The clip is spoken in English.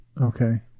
Okay